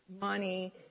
money